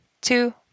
two